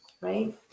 Right